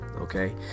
Okay